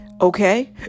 okay